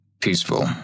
Peaceful